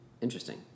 interesting